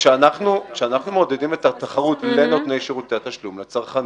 כשאנחנו מעודדים את התחרות לנותני שירותי התשלום לצרכנים,